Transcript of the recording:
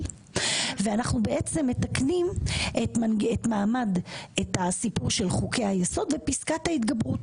ואנחנו בעצם מתקנים את הסיפור של חוקי היסוד ופסקת ההתגברות.